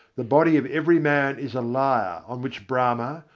the body of every man is a lyre on which brahma,